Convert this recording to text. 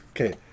Okay